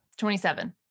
27